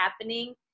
happening